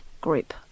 group